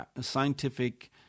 scientific